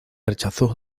rechazó